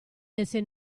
desse